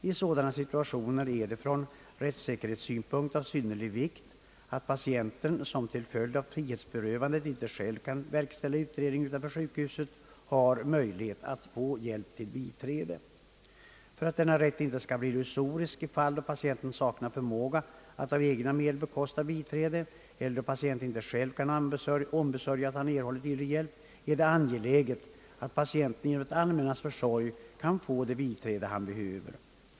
I sådana situationer är det från rättssäkerhetssynpunkt av synnerlig vikt att patienten, som till följd av frihetsberövandet icke själv kan verkställa utredning utanför sjukhuset, har möjlighet att få hjälp av biträde. För att denna rätt inte skall bli illusorisk i fall då patient saknar förmåga att av egna medel bekosta biträde eller då patient inte själv kan ombesörja att han erhåller dylik hjälp, är det ange läget att patienten genom det allmännas försorg kan få det biträde han behöver.